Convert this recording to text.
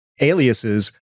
aliases